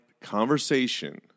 conversation